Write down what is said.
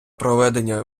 проведення